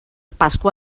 pasqua